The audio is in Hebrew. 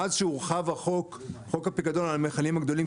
מאז שהורחב חוק החוק הפיקדון על מכלים גדולים,